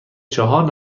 چهار